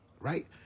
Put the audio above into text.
right